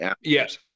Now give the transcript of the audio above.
Yes